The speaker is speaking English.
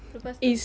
lepas tu